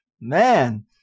Man